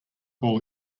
ball